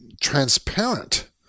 transparent